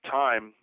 time